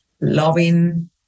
loving